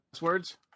words